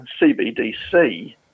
CBDC